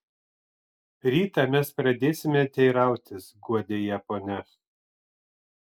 rytą mes pradėsime teirautis guodė ją ponia